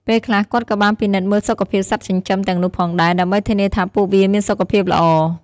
ពេលខ្លះ គាត់ក៏បានពិនិត្យមើលសុខភាពសត្វចិញ្ចឹមទាំងនោះផងដែរ ដើម្បីធានាថាពួកវាមានសុខភាពល្អ។